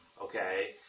okay